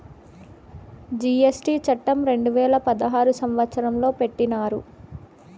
GST చట్టం రెండు వేల పదహారు సంవత్సరంలో పెట్టినారు